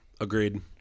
agreed